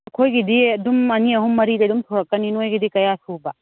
ꯑꯩꯈꯣꯏꯒꯤꯗꯤ ꯑꯗꯨꯝ ꯑꯅꯤ ꯑꯍꯨꯝ ꯃꯔꯤꯗꯤ ꯑꯗꯨꯝ ꯁꯨꯔꯛꯀꯅꯤ ꯅꯣꯏꯒꯤꯗꯤ ꯀꯌꯥ ꯁꯨꯕ